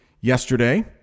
yesterday